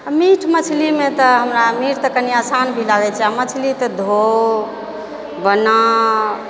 आओर मीट मछलीमे तऽ हमरा मीट तऽ हमरा कनी आसान भी लागै छै आओर मछली तऽ धोउ बनाउ